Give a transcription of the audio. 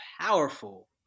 powerful